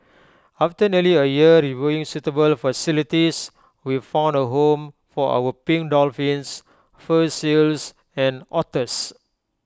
after nearly A year reviewing suitable facilities we found A home for our pink dolphins fur seals and otters